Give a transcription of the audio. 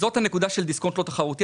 זאת הנקודה של דיסקונט לא תחרותי.